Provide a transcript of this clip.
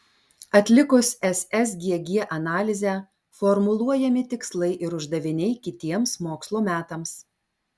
atlikus ssgg analizę formuluojami tikslai ir uždaviniai kitiems mokslo metams